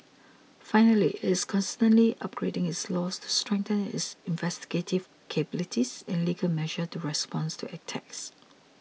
finally it's constantly upgrading its laws to strengthen its investigative capabilities and legal measures to respond to attacks